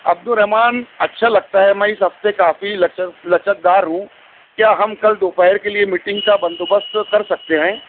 عبد الرحمٰن اچھا لگتا ہے میں اس ہفتے کافی لچک لچکدار ہوں کیا ہم کل دوپہر کے لیے میٹنگ کا بندوبست کر سکتے ہیں